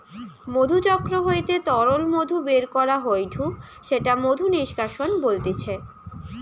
মধুচক্র হইতে তরল মধু বের করা হয়ঢু সেটা মধু নিষ্কাশন বলতিছে